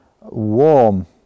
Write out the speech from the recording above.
warm